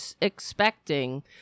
expecting